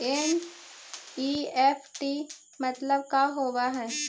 NEFT मतलब का होब हई?